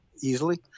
easily